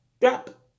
drop